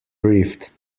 rift